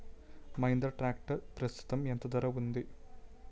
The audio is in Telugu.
మహీంద్రా ట్రాక్టర్ ప్రస్తుతం ఎంత ధర ఉంది?